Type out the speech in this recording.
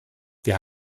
wir